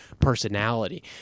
personality